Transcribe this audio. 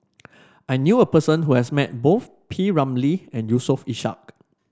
I knew a person who has met both P Ramlee and Yusof Ishak